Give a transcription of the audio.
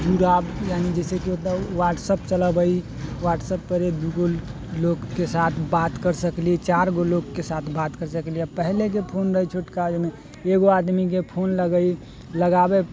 जाएत यानीकि जइसे वाट्सऐप चलाबै वाट्सऐपपर गूगल लोकके साथ बात करि सकली चारिगो लोकके साथ बात करि सकली आओर पहिलेके फोन रहै छोटका ओहिमे एगो आदमीके फोन लगै लगाबै